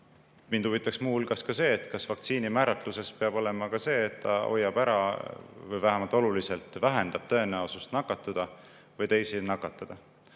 mind huvitaks muu hulgas see, kas vaktsiini määratluses peab olema see, et see hoiab ära või vähemalt oluliselt vähendab tõenäosust nakatuda või teisi nakatada.